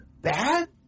bad